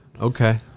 Okay